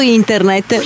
internet